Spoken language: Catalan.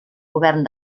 govern